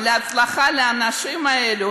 והצלחה לאנשים האלה,